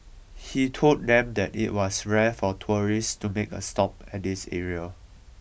he told them that it was rare for tourists to make a stop at this area